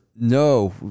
no